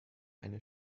eine